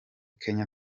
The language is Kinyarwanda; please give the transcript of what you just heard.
kenya